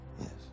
Yes